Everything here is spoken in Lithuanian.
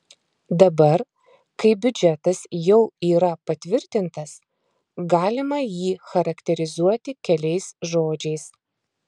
dabar kai biudžetas jau yra patvirtintas galima jį charakterizuoti keliais žodžiais